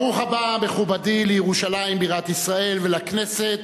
ברוך הבא, מכובדי, לירושלים בירת ישראל, ולכנסת,